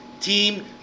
team